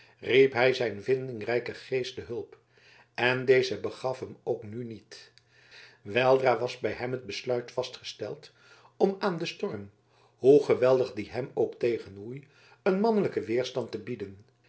riep hij zijn vindingrijken geest te hulp en deze begaf hem ook nu niet weldra was bij hem het besluit vastgesteld om aan den storm hoe geweldig die hem ook tegenwoei een mannelijken weerstand te bieden